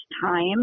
time